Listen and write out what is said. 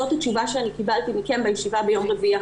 זאת התשובה שאני קיבלתי מכם בישיבה ביום רביעי האחרון.